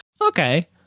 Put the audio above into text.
Okay